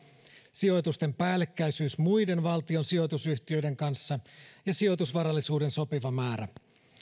sijoitusten päällekkäisyys muiden valtion sijoitusyhtiöiden kanssa ja sijoitusvarallisuuden sopiva määrä